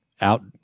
out